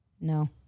no